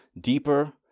deeper